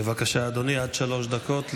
בבקשה, אדוני, עד שלוש דקות לרשותך.